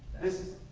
this